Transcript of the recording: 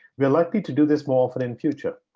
we are likely to do this more often in future.